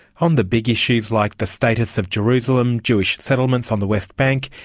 on the big issues like the status of jerusalem, jewish settlements on the west bank,